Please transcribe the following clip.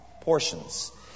portions